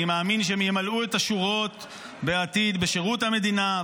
אני מאמין שהם ימלאו את השורות בעתיד בשירות המדינה,